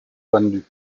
pendue